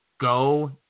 go